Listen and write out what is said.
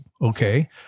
okay